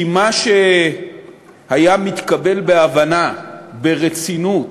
כי מה שהיה מתקבל בהבנה, ברצינות,